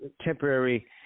temporary